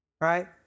right